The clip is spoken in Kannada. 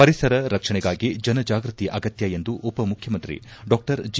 ಪರಿಸರ ರಕ್ಷಣೆಗಾಗಿ ಜನಜಾಗೃತಿ ಅಗತ್ಯ ಎಂದು ಉಪಮುಖ್ಯಮಂತ್ರಿ ಡಾ ಜಿ